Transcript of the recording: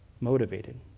motivated